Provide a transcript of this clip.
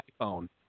iPhone